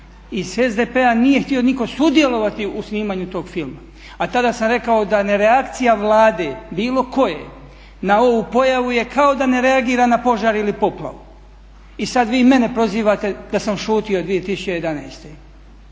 Iz SDP-a nije htio nitko sudjelovati u snimanju tog filma, a tada sam rekao da nereakcija Vlade bilo koje na ovu pojavu je kao da ne reagira na požar ili poplavu. I sad vi mene prozivate da sam šutio 2011.